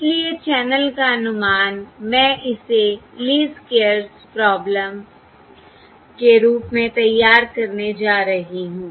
इसलिए चैनल का अनुमान मैं इसे लीस्ट स्क्वेयर्स प्रॉब्लम के रूप में तैयार करने जा रही हूं